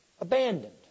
abandoned